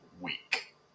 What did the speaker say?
week